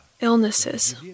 illnesses